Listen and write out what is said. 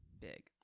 big